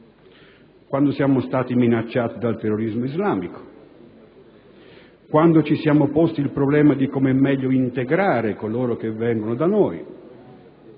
quando siamo stati minacciati dal terrorismo islamico, quando ci siamo posti il problema di come meglio integrare coloro che vengono da noi,